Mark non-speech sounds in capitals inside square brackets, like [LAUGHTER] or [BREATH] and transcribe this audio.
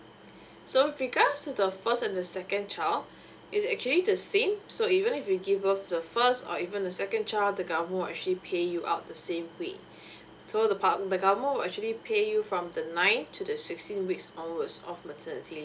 [BREATH] so with regards to the first and the second child [BREATH] it's actually the same so even if you give birth to the first or even the second child the government will actually pay you out the same way [BREATH] so the government will actually pay you from the ninth to the sixteenth week onwards of maternity leave